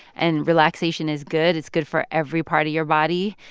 and relaxation is good. it's good for every part of your body.